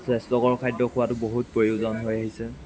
স্বাস্থ্যকৰ খাদ্য খোৱাটো বহুত প্ৰয়োজন হৈ আহিছে